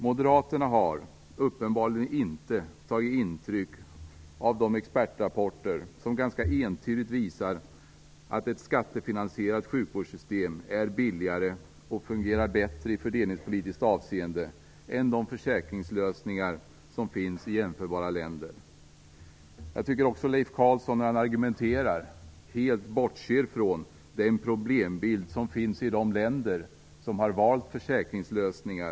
Moderaterna har uppenbarligen inte tagit intryck av de expertrapporter som ganska entydigt visar att ett skattefinansierat sjukvårdssystem är billigare och fungerar bättre i fördelningspolitiskt avseende än de försäkringslösningar som finns i jämförbara länder. Jag tycker också att Leif Carlson i sin argumentation helt bortser från den problembild som finns i de länder som har valt försäkringslösningar.